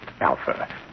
Alpha